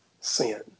sin